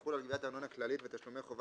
תחול על גביית ארנונה כללית ותשלומי חובה